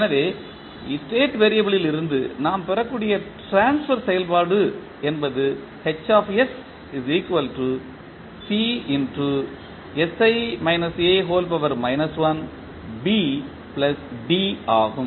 எனவே state variable ல் இருந்து நாம் பெறக்கூடிய ட்ரான்ஸ்பர் செயல்பாடு என்பது ஆகும்